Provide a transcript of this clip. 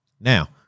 Now